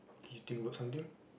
can you think about something